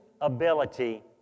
ability